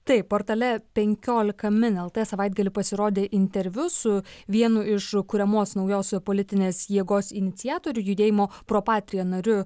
taip portale penkiolika min el tė savaitgalį pasirodė interviu su vienu iš kuriamos naujos politinės jėgos iniciatorių judėjimo propatrija nariu